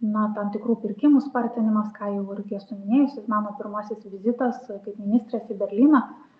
na tam tikrų pirkimų spartinimas ką jau irgi esu minėjusi mano pirmasis vizitas kaip ministrės į berlyną